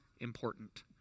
important